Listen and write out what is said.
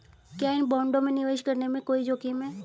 क्या इन बॉन्डों में निवेश करने में कोई जोखिम है?